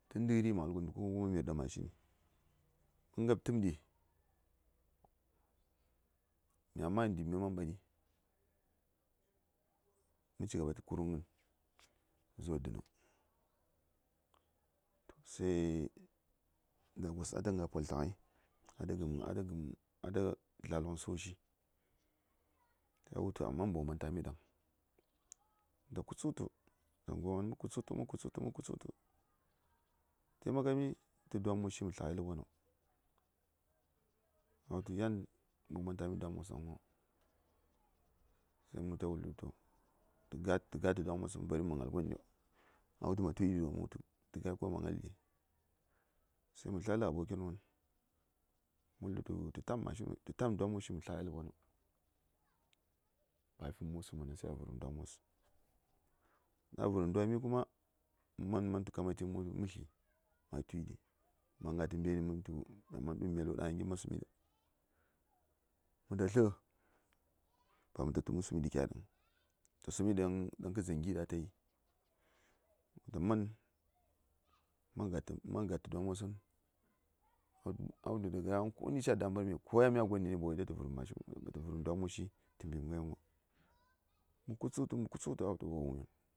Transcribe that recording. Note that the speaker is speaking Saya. Tə ndə:ri, ma̱ wul gomtu mi:r ɗa mashini, mə ngab təm ɗi, migha ma:ghənɗi mi:r manɓani, mə cigaba təkurungən zuwa dən. Da̱ gwos a ta nga poltə ghai, sai a ta zla loŋsəwoshi, a ta wul tu amma ba wo man ta:mi ɗaŋ. Mə ta kutsuk tə, mə ta mɓərmi mə kutsuk tə-mə kutsuk tə-mə kutsuk tə-mə kutsuk tə a ta wul tu yan, ba wo man ta:mi ɗaŋ sai mə ta wul tu to, tə ga: tə dwam wos mən ba ri mə slən ŋal gwon ɗio. A ta wul tu ma tu gi:vəŋo, mə ta wul tu tə ga:i kawai ma ŋal ɗi. Sai mə sli a na aboken won, mə wul tə tu ta:m mashin woshi, tə ta:m dwam woshi mə sləghai ləbwono, a fim musu mən vəŋ, sai a vərəm dwam wos. Ɗaŋ a vərəm dwami kuma, mə man, mə, man kamati mə wul tə tu mə sli, a sli ɗi. Sai mə nga tə mberni mən tu wo man di:b mi mi:r mən nda ma shinghai. Mə ta slə, papaki ta man fi mi ɗi a təm, a fi mi ɗaŋiri gi: ɗaŋ ata yi dzangi. Mə ta man, mə man ga:tə dwa:m wos mən. A ta wuləm tu ɗaŋni ko yan nə ni ca dambarme, ba wo yadda tə man vərəm dwa:m woshi təmbim ghai yin. Mə kutsuk tə-mə kutsuktə, a wul tu o-oyi...